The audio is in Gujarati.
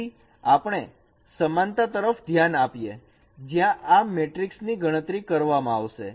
તેથી આપણે સમાનતા તરફ ધ્યાન આપીએ જ્યાં આ મેટ્રિકસ ની ગણતરી કરવામાં આવશે